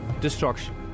destruction